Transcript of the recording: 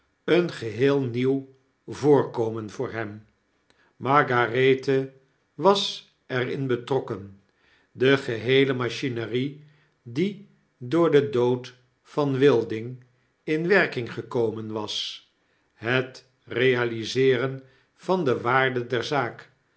een geheel nieuw voorkomen voor hem margarethe was er in betrokken de geheele machinerie die door den dood van wilding in werking gekomen was het realiseeren van de waarde der zaak